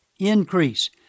increase